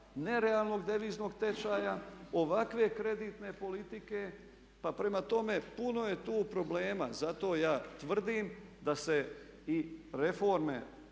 nerealnog deviznog tečaja, ovakve kreditne politike. Pa prema tome puno je tu problema. Zato ja tvrdim da se i reforme